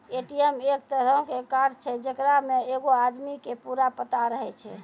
ATM एक तरहो के कार्ड छै जेकरा मे एगो आदमी के पूरा पता रहै छै